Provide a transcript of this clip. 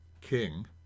king